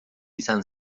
izan